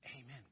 Amen